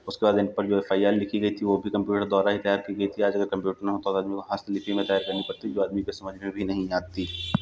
उसके बाद इन पर जो एफ़ आई आर लिखी गई थी वो भी कम्प्यूटर द्वारा ही तैयार की गई थी आज अगर कम्प्यूटर ना होता तो आदमी को हस्तलिपि में तैयार करनी पड़ती जो आदमी के समझ में भी नहीं आती